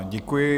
Děkuji.